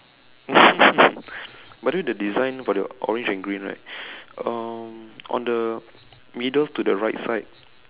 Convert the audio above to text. by the way the design for the orange and green right um on the middle to the right side